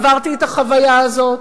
עברתי את החוויה הזאת,